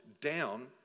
down